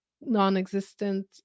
non-existent